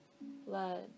blood